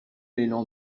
élan